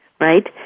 right